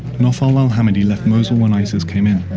nofal al-hammadi left mosul when isis came in,